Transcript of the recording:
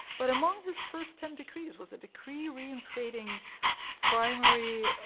but among his first ten decrees was a decree reinstating primary